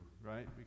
right